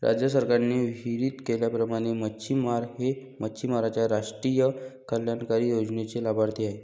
राज्य सरकारने विहित केल्याप्रमाणे मच्छिमार हे मच्छिमारांच्या राष्ट्रीय कल्याणकारी योजनेचे लाभार्थी आहेत